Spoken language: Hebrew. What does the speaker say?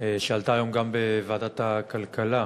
שעלתה היום גם בוועדת הכלכלה.